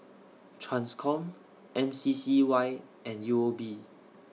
TRANSCOM M C C Y and U O B